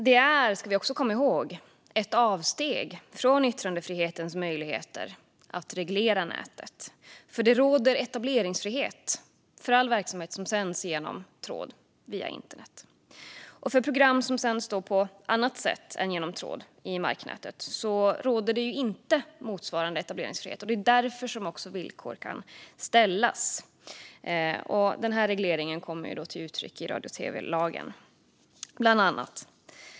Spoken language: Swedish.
Det här, ska vi komma ihåg, är ett avsteg från yttrandefrihetens möjligheter att reglera nätet. Det råder ju etableringsfrihet för all verksamhet som sänds genom tråd via internet. För program som sänds på annat sätt än genom tråd i marknätet råder det inte motsvarande etableringsfrihet. Och det är därför som villkor kan ställas. Regleringen kommer bland annat till uttryck i radio och tv-lagen.